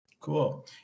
Cool